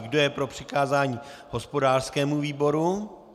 Kdo je pro přikázání hospodářskému výboru?